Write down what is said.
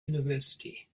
university